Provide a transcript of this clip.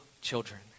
children